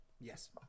Yes